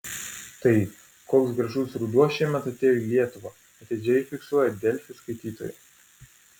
tai koks gražus ruduo šiemet atėjo į lietuvą atidžiai fiksuoja delfi skaitytojai